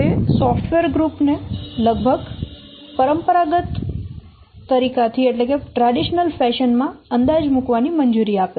તે સોફ્ટવેર જૂથ ને લગભગ પરંપરાગત ફેશન માં અંદાજ મૂકવાની મંજૂરી આપે છે